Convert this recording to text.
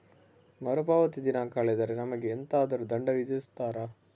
ಮರುಪಾವತಿ ದಿನಾಂಕ ಕಳೆದರೆ ನಮಗೆ ಎಂತಾದರು ದಂಡ ವಿಧಿಸುತ್ತಾರ?